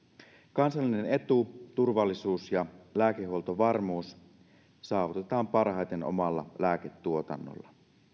kansallinen etu turvallisuus ja lääkehuoltovarmuus saavutetaan parhaiten omalla lääketuotannolla